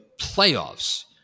playoffs